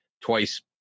twice